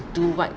do what